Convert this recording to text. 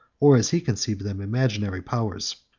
or, as he conceived them, imaginary powers.